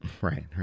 Right